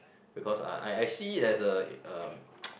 because I I see it as uh um